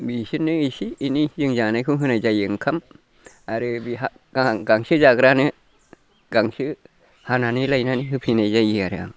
बिसोरनो एसे एनै जों जानायखौ होनाय जायो ओंखाम आरो बेहा गांसो जाग्रानो गांसो हानानै लायनानै होफैनाय जायो आरो आं